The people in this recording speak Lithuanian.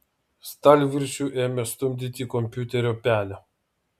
stalviršiu ėmė stumdyti kompiuterio pelę